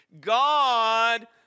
God